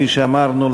כפי שאמרנו,